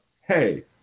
hey